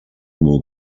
more